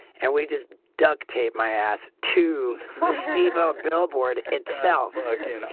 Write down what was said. and we just duct tape my ass to mostly vogue billboard itself, okay?